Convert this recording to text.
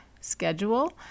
schedule